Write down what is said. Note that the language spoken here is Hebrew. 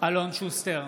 אלון שוסטר,